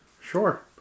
Sure